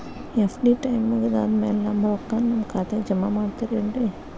FD time ಮುಗಿದಾದ್ ಮ್ಯಾಲೆ ನಮ್ ರೊಕ್ಕಾನ ನಮ್ ಖಾತೆಗೆ ಜಮಾ ಮಾಡ್ತೇರೆನ್ರಿ?